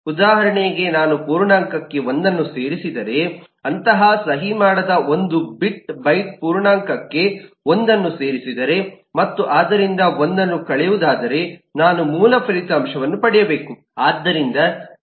ಉದಾಹರಣೆಗೆ ನಾನು ಪೂರ್ಣಾಂಕಕ್ಕೆ ಒಂದನ್ನು ಸೇರಿಸಿದರೆ ಅಂತಹ ಸಹಿ ಮಾಡದ 1 ಬಿಟ್ ಬೈಟ್ ಪೂರ್ಣಾಂಕಕ್ಕೆ 1 ಅನ್ನು ಸೇರಿಸಿದರೆ ಮತ್ತು ಅದರಿಂದ 1 ಅನ್ನು ಕಳೆಯುವುದಾದರೆ ನಾನು ಮೂಲ ಫಲಿತಾಂಶವನ್ನು ಪಡೆಯಬೇಕು